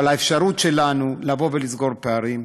אבל האפשרות שלנו לסגור פערים,